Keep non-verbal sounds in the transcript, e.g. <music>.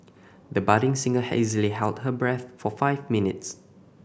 the budding singer <unintelligible> easily held her breath for five minutes